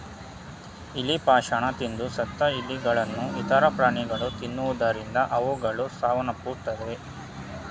ಇಲಿ ಪಾಷಾಣ ತಿಂದು ಸತ್ತ ಇಲಿಗಳನ್ನು ಇತರ ಪ್ರಾಣಿಗಳು ತಿನ್ನುವುದರಿಂದ ಅವುಗಳು ಸಾವನ್ನಪ್ಪುತ್ತವೆ